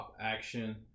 action